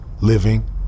living